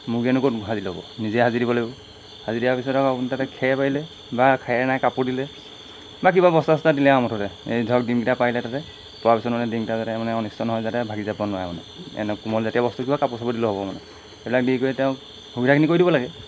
মুৰ্গীয়েনো ক'ত সাজি ল'ব নিজে সাজি দিব লাগিব সাজি দিয়াৰ পিছত আও আপুনি তাতে খেৰ পাৰিলে বা খেৰ নাই কাপোৰ দিলে বা কিবা বস্তা চস্তা দিলে আও মুঠতে এই ধৰক ডিমকেইটা পাৰিলে তাতে পৰাৰ পিছত মানে ডিমকেইটা যাতে মানে অনিষ্ট নহয় যাতে ভাগি যাব নোৱাৰে মানে এনেকুৱা যেতিয়া বস্তুটো কাপোৰ চাপোৰ দিলেও হ'ব মানে এইবিলাক দি তেওঁক সুবিধাখিনি কৰি দিব লাগে